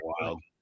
wild